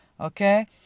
Okay